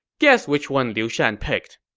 guess which one liu shan picked.